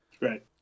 Right